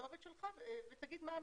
הכתובת ולומר מה המפגע.